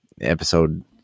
episode